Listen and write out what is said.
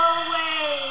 away